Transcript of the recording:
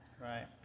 Right